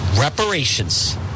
reparations